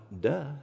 duh